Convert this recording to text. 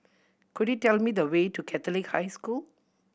could you tell me the way to Catholic High School